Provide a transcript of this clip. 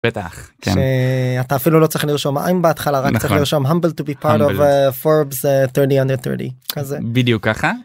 בטח כן, ש.. אתה אפילו לא צריך לרשום ע׳ בהתחלה. רק צריך רק לרשום huble to be 40 under 40 כזה. בדיוק ככה.